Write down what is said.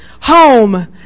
home